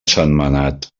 sentmenat